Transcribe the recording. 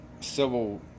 civil